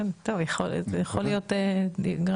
טוב, זאת יכולה להיות דיאגרמה